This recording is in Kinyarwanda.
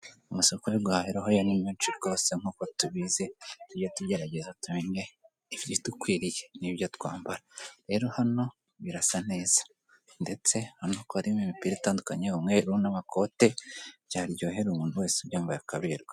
Amasoko yo guhahiraho yo ni menshi rwose nkuko tubizi tujye tugerageza tumenye ibidukwiriye n'ibyo twambara rero hano birasa neza ndetse urabonako harimo imipira itandukanye umweru n'amakote byaryohera umuntu wese ubyumbaye akaberwa.